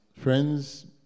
friends